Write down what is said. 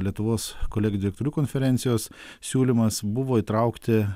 lietuvos kolegijų direktorių konferencijos siūlymas buvo įtraukti